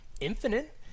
infinite